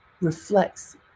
reflects